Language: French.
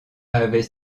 avait